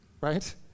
Right